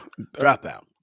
Dropout